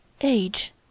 Age